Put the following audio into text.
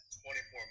24